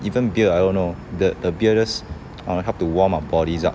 even beer I don't know th~ the beer just uh help to warm our bodies up